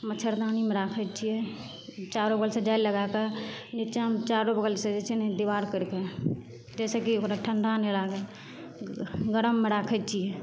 मच्छरदानीमे राखै छिए चारो बगलसे जाल लगैके निच्चाँमे चारू बगलसे जे छै ने दिवार करिके जाहिसेकि ओकरा ठण्डा नहि लागै गरममे राखै छिए